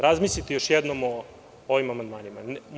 Razmislite još jednom o ovim amandmanima.